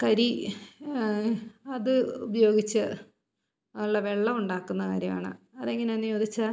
കരി അത് ഉപയോഗിച്ച് ഉള്ള വെള്ളം ഉണ്ടാക്കുന്ന കാര്യമാണ് അതെങ്ങനെയാണെന്നു ചോദിച്ചാൽ